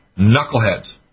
knuckleheads